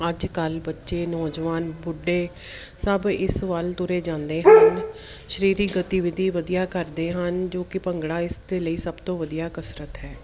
ਅੱਜ ਕੱਲ੍ਹ ਬੱਚੇ ਨੌਜਵਾਨ ਬੁੱਢੇ ਸਭ ਇਸ ਵੱਲ ਤੁਰੇ ਜਾਂਦੇ ਹਨ ਸਰੀਰਿਕ ਗਤੀਵਿਧੀ ਵਧੀਆ ਕਰਦੇ ਹਨ ਜੋ ਕਿ ਭੰਗੜਾ ਇਸ ਦੇ ਲਈ ਸਭ ਤੋਂ ਵਧੀਆ ਕਸਰਤ ਹੈ